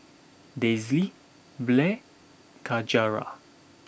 Daisye Blair Yajaira